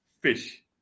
fish